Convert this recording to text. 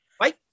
right